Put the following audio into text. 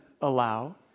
allow